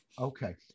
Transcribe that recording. Okay